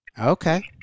Okay